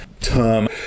term